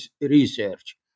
research